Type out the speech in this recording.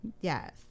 Yes